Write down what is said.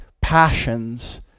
passions